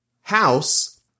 house